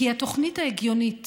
התוכנית ההגיונית